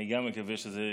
גם אני מקווה שזאת